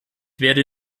werde